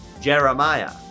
Jeremiah